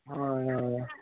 हय हय